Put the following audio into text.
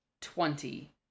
Twenty